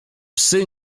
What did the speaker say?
psy